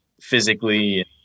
physically